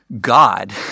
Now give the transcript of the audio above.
God